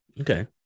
Okay